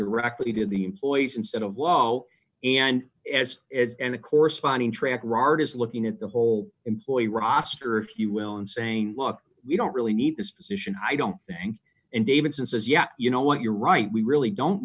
directly to the employees instead of low and as is and the corresponding track record is looking at the whole employee roster if you will and saying look we don't really need this position i don't think and davidson says yeah you know what you're right we really don't